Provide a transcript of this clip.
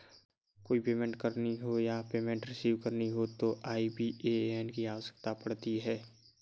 कोई पेमेंट करनी हो या पेमेंट रिसीव करनी हो तो आई.बी.ए.एन की आवश्यकता पड़ती है